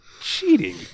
Cheating